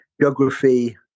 geography